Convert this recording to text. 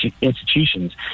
institutions